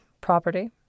property